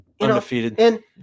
undefeated